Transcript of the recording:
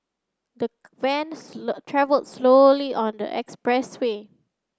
the van travelld slowly on the expressway